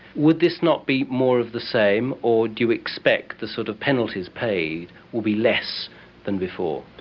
would this not be more of the same, or do you expect the sort of penalties paid would be less than before?